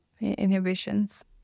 inhibitions